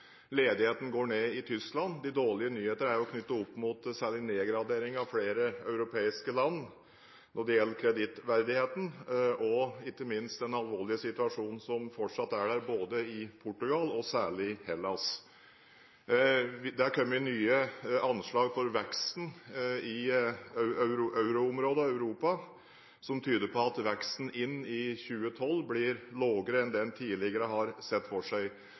Ledigheten går ned i Tyskland. De dårlige nyhetene er særlig knyttet til nedgradering av flere europeiske land når det gjelder kredittverdigheten, og ikke minst den alvorlige situasjonen som fortsatt er i Portugal og særlig i Hellas. Det er kommet nye anslag for veksten i euroområdet i Europa som tyder på at veksten inn i 2012 blir lavere enn det en tidligere har sett for seg.